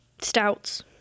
stouts